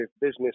business